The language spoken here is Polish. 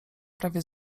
prawie